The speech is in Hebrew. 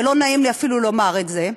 ולא נעים לי אפילו לומר את זה,